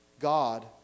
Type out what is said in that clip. God